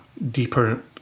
deeper